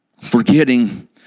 forgetting